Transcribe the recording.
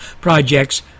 projects